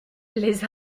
les